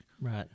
right